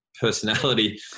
personality